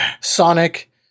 Sonic